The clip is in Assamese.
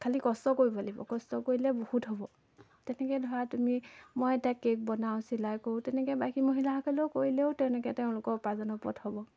খালী কষ্ট কৰিব লাগিব কষ্ট কৰিলে বহুত হ'ব তেনেকৈ ধৰা তুমি মই এতিয়া কেক বনাওঁ চিলাই কৰোঁ তেনেকৈ বাকী মহিলাসকলেও কৰিলেও তেনেকৈ তেওঁলোকৰ উপাৰ্জনৰ পথ হ'ব